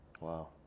Wow